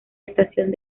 estación